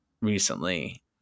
recently